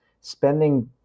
Spending